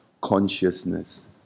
consciousness